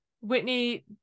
Whitney